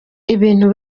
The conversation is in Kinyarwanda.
ibintu